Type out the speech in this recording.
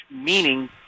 meaning